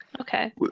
okay